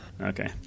Okay